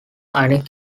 ionic